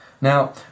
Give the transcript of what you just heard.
Now